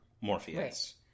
Morpheus